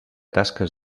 tasques